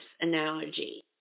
analogy